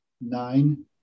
nine